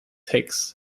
hex